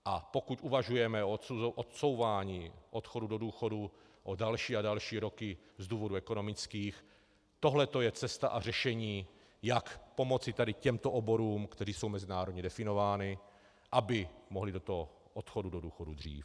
A pokud uvažujeme o odsouvání odchodu do důchodu o další a další roky z důvodů ekonomických, tohle je cesta a řešení, jak pomoci těmto oborům, které jsou mezinárodně definovány, aby mohly do odchodu do důchodu dříve.